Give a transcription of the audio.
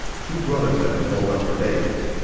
two brothers had been holed up for days.